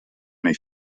nei